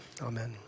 Amen